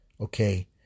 Okay